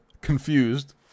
confused